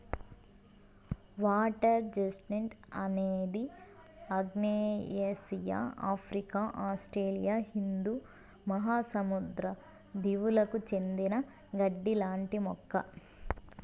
water chestnut అనేది ఆగ్నేయాసియా, Africa, Australia హిందూ మహాసముద్ర దీవులకు చెందిన గడ్డి లాంటి మొక్క